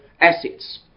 assets